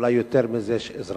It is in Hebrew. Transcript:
ואולי יותר מזה של אזרחים.